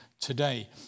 today